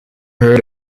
heard